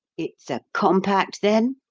it's a compact, then?